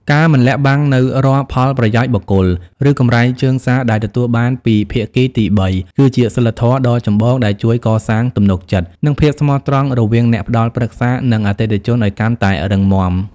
ការមិនលាក់បាំងនូវរាល់ផលប្រយោជន៍បុគ្គល ឬកម្រៃជើងសារដែលទទួលបានពីភាគីទីបី គឺជាសីលធម៌ដ៏ចម្បងដែលជួយកសាងទំនុកចិត្ត និងភាពស្មោះត្រង់រវាងអ្នកផ្ដល់ប្រឹក្សា និងអតិថិជនឱ្យកាន់តែរឹងមាំ។